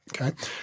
Okay